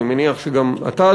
אני מניח שגם אתה,